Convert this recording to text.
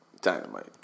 Dynamite